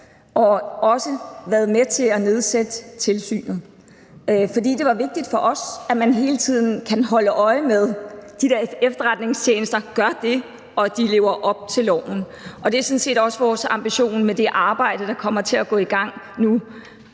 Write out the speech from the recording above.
har også været med til at nedsætte tilsynet, fordi det var vigtigt for os, at man hele tiden kan holde øje med, at de der efterretningstjenester gør det, de skal, og at de lever op til loven. Og det er sådan set også vores ambition med det arbejde, der kommer til at gå i gang nu.